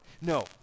No